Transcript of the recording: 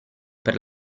per